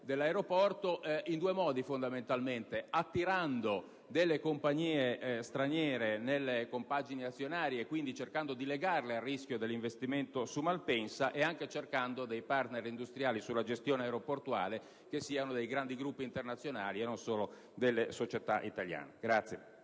dell'aeroporto, fondamentalmente in due modi: attirando compagnie straniere nelle compagini azionarie e quindi cercando di legarle al rischio dell'investimento su Malpensa e cercando partner industriali sulla gestione aeroportuale che siano grandi gruppi internazionali, e non solo società italiane.